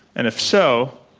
and if so,